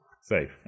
Safe